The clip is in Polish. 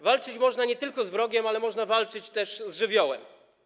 Walczyć można nie tylko z wrogiem, ale można walczyć też z żywiołem.